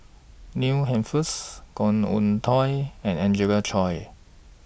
Neil Humphreys Khoo Oon Teik and Angelina Choy